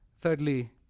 thirdly